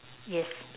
yes